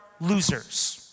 losers